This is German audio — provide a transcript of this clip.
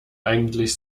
eigentlich